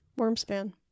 Wormspan